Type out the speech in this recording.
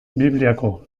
bibliako